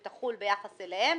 שתחול ביחס אליהם,